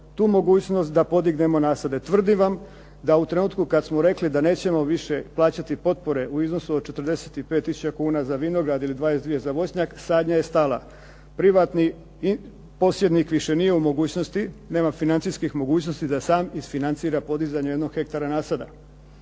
tu mogućnost da podignemo nasade? Tvrdim vam da u trenutku kad smo rekli da nećemo više plaćati potpore u iznosu od 45 tisuća kuna za vinograd ili 22 za voćnjak, sadnja je stala. Privatni posjednik više nije u mogućnosti, nema financijskih mogućnosti da sam isfinancira podizanje jednog hektara nasada.